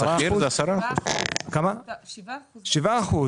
7%. לעצמאים.